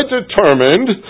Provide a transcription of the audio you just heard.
determined